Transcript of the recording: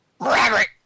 Robert